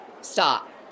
stop